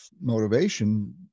motivation